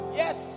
yes